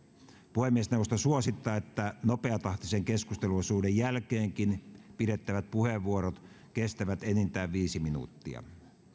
puhemiesneuvosto suosittaa että nopeatahtisen keskusteluosuuden jälkeenkin pidettävät puheenvuorot kestävät enintään viisi minuuttia